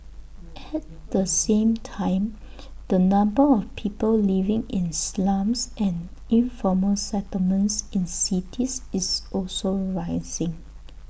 at the same time the number of people living in slums and informal settlements in cities is also rising